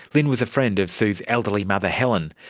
lynne was a friend of sue's elderly mother helen.